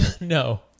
No